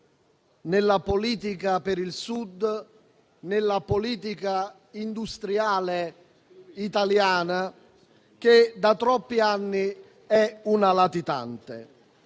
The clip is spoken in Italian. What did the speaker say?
nella politica per il Sud e nella politica industriale italiana, che da troppi anni è latitante.